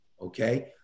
Okay